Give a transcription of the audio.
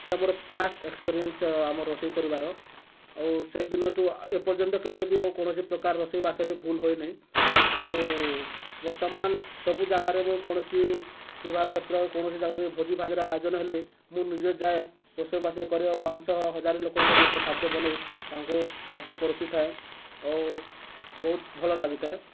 ସେଟା ମୋର first experience ଆମ ରୋଷେଇ କରିବାର ଆଉ ସେ ଦିନଠୁ ଏପର୍ଯ୍ୟନ୍ତ କେବେ ବି କୌଣସି ପ୍ରକାର ରୋଷେଇବାସରେ ଭୁଲ ହୋଇନାହିଁ ବର୍ତ୍ତମାନ ସବୁ ଜାଗାରେ ମୁଁ କୌଣସି ବିଭା କ୍ଷେତ୍ର କୌଣସି ଜାଗାରେ ଭୋଜିଭାଜିର ଆୟୋଜନ ହେଲେ ମୁଁ ନିଜେ ଯାଏ ରୋଷେଇବାସ କରି ଆଉ ପାଞ୍ଚଶହ ହଜାର ଲୋକଙ୍କ ମଧ୍ୟ ଖାଦ୍ୟ ବନାଇ ତାଙ୍କୁ ଖାଦ୍ୟ ପରୋଷିଥାଏ ଆଉ ବହୁତ ଭଲ ଲାଗିଥାଏ